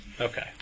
Okay